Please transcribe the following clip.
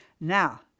Now